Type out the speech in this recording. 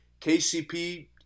KCP